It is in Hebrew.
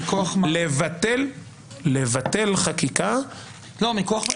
לבטל חקיקה --- מכוח מה?